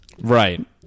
Right